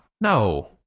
No